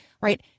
Right